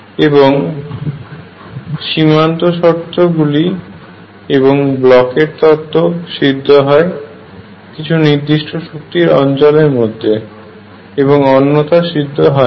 এবং সীমান্ত শর্ত গুলি এবং ব্লকের তত্ত্বBlochs theorem সিদ্ধ হয় কিছু নির্দিষ্ট শক্তি অঞ্চলের মধ্যে এবং অন্যথা সিদ্ধ হয় না